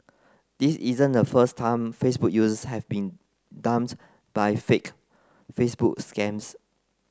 this isn't the first time Facebook users have been by fake Facebook scams